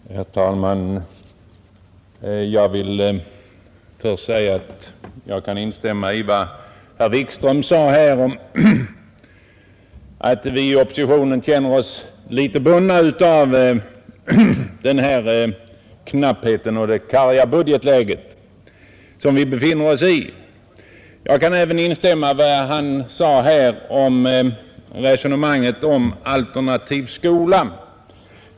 Herr talman! Jag vill först instämma i vad herr Wikström sade här, att vi i oppositionen känner oss bundna av den knapphet och det karga budgetläge som nu råder. Jag kan även instämma i hans resonemang beträffande alternativ skola.